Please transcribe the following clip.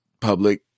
public